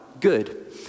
good